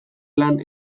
lan